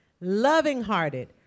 loving-hearted